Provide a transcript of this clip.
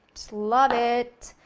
just love it!